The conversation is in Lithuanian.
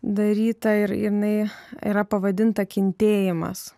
daryta ir ir jinai yra pavadinta kentėjimas